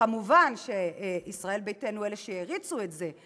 מובן שישראל ביתנו הם אלה שהריצו את זה,